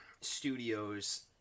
studios